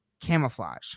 camouflage